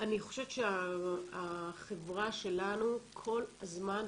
אני חושבת שהחברה שלנו כל הזמן,